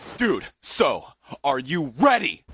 dude so are you ready?